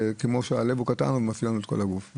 כמו שהלב הוא קטן אבל מפעיל לנו את כל הגוף.